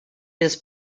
his